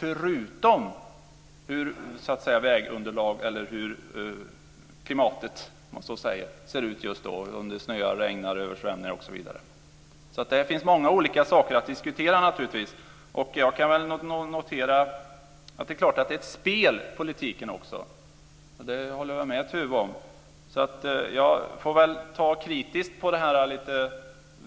Dessutom finns det här med vägunderlaget och hur klimatet ser ut för tillfället, dvs. om det snöar eller regnar eller är översvämningar osv. Det finns naturligtvis många olika saker att diskutera. Jag kan notera att politiken förstås också är ett spel - det håller jag med Tuve om. Jag får väl därför se kritiskt på denna lite